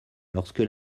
lorsque